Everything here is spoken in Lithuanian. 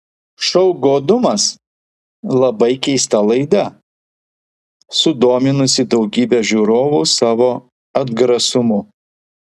šou godumas labai keista laida sudominusi daugybę žiūrovu savo atgrasumu